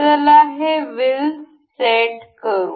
चला ही wheels set करू